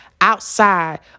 outside